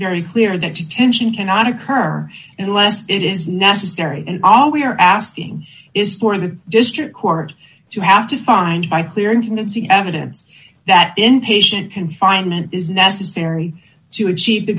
very clear that detention cannot occur unless it is necessary and all we are asking is for the district court to have to find by clear and convincing evidence that inpatient confinement is necessary to achieve the